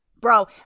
Bro